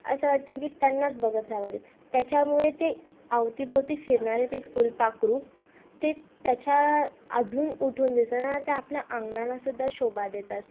असं वाटतं की त्यांनाच बघत राहावं त्याच्यामुळे ते अवतीभवती फिरणारे ते फुलपाकरू ते त्याच्या अजून उठून दिसणार ते आपल्या अंगणालासुद्धा शोभा देतात